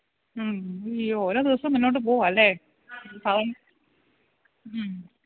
ഓരോ ദിവസം മുന്നോട്ടു പോവല്ലേ അപ്പം